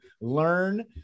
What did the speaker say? learn